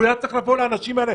להגיד לאנשים האלה,